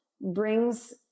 brings